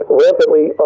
rampantly